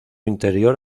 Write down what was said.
interior